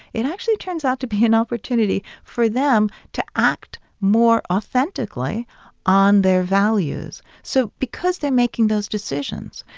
it actually turns out to be an opportunity for them to act more authentically on their values. so because they're making those decisions,